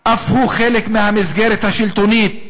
אף הוא חלק מהמסגרת השלטונית,